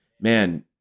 man